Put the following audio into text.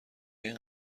این